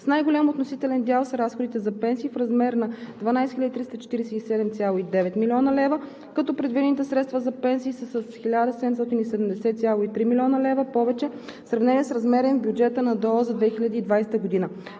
С най-голям относителен дял са разходите за пенсии в размер на 12 347,9 млн. лв., като предвидените средства за пенсии са с 1 770,3 млн. лв. повече в сравнение с размера им в бюджета на ДОО за 2020 г.